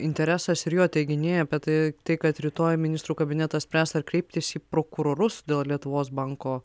interesas ir jo teiginiai apie tai kad rytoj ministrų kabinetas spręs ar kreiptis į prokurorus dėl lietuvos banko